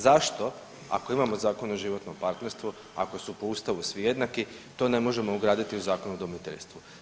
Zašto ako imamo Zakon o životnom partnerstvu, ako su po ustavu svi jednaki, to ne možemo ugraditi u Zakon o udomiteljstvu?